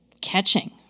catching